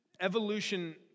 evolution